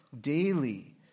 daily